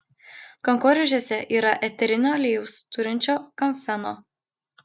kankorėžiuose yra eterinio aliejaus turinčio kamfeno